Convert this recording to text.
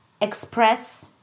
express